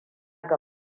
ga